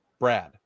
Brad